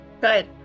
good